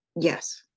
Yes